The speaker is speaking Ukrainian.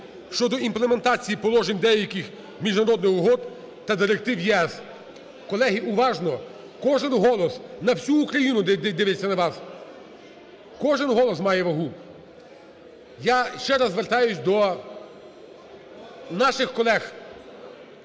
щодо імплементації положень деяких міжнародних угод та директив ЄС. Колеги, уважно, кожен голос, на всю Україну, дивляться на вас, кожен голос має вагу. Я ще раз звертаюся до наших колег.